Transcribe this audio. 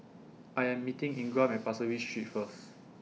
I Am meeting Ingram At Pasir Ris Street First